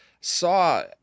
saw